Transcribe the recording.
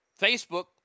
Facebook